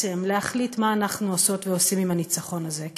בעצם להחליט מה אנחנו עושות ועושים עם הניצחון הזה.